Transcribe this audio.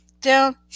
down